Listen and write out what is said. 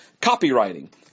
copywriting